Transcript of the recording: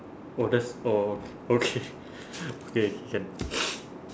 oh that's all okay okay can